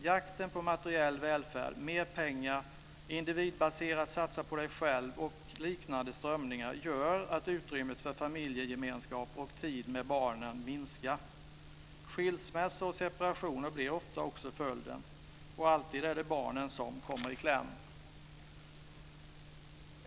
Jakten på materiell välfärd, mer pengar, individbaserat satsa-på-dig-själv-tänkande och liknande strömningar gör att utrymmet för familjegemenskap och tid med barnen minskar. Skilsmässor och separationer blir ofta också följden - och alltid är det barnen som kommer i kläm.